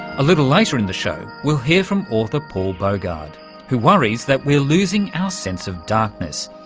a little later in the show we'll here from author paul bogard who worries that we're losing our sense of darkness.